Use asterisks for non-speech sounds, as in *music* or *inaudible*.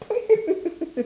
*laughs*